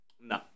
No